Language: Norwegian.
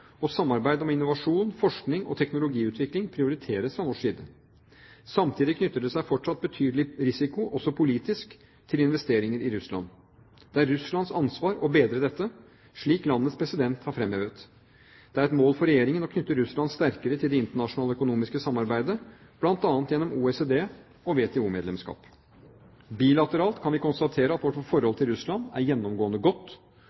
og samarbeid om innovasjon, forskning og teknologiutvikling prioriteres fra norsk side. Samtidig knytter det seg fortsatt betydelig risiko, også politisk, til investeringer i Russland. Det er Russlands ansvar å bedre dette, slik landets president har fremhevet. Det er et mål for Regjeringen å knytte Russland sterkere til det internasjonale økonomiske samarbeidet, bl.a. gjennom OECD- og WTO-medlemskap. Bilateralt kan vi konstatere at vårt forhold til Russland er gjennomgående godt.